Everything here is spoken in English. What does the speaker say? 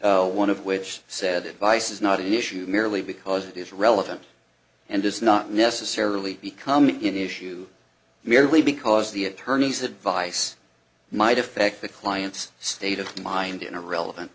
one of which said that vice is not an issue merely because it is relevant and does not necessarily become you new shoes merely because the attorney's advice might affect the client's state of mind in a relevant